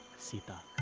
sita.